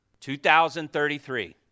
2033